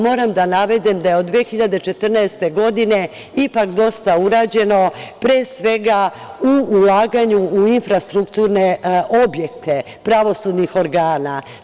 Moram da navedem da je od 2014. godine ipak dosta urađeno, pre svega u ulaganju u infrastrukturne objekte pravosudnih organa.